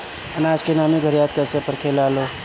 आनाज के नमी घरयीत कैसे परखे लालो?